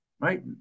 right